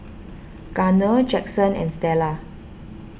Garner Jackson and Stella